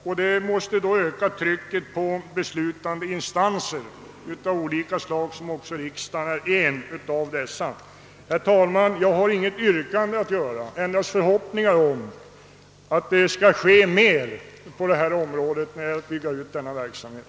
Detta i sin tur ökar trycket på beslutande instanser av olika slag, och en av dessa instanser är ju riksdagen. Herr talman! Jag ställer inget yrkande utan uttalar endast förhoppningen att det skall göras mer när det gäller att bygga ut denna verksamhet.